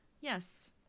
Yes